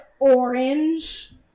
orange